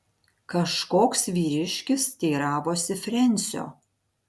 kažkoks vyriškis teiravosi frensio